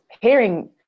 hearing